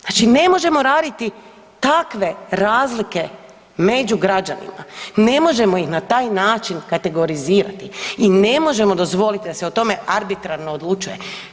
Znači ne možemo raditi takve razlike među građanima, ne možemo ih na taj način kategorizirati i ne možemo dozvoliti da se o tome arbitrarno odlučuje.